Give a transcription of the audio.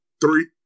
Three